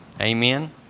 Amen